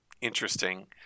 interesting